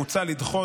מוצע לדחות,